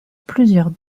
plusieurs